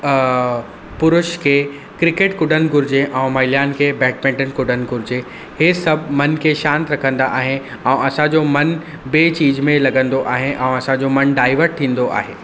पुरुष खे क्रिकेट कुॾनि घुरिजे ऐं महिलाउनि खे बैडमिंटन कुॾनि घुरिजे इहे सभु मन खे शांति रखंदा आहे ऐं असांजो मन ॿिए चीज़ में लॻंदो आहे ऐं असांजो मनु डाइवट थींदो आहे